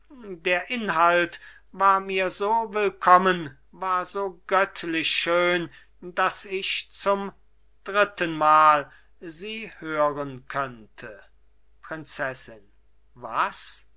der inhalt war mir so willkommen war so göttlich schön daß ich zum drittenmal sie hören könnte prinzessin was